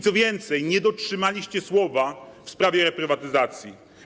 Co więcej, nie dotrzymaliście słowa w sprawie reprywatyzacji.